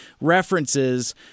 references